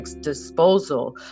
disposal